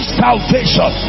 salvation